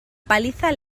paliza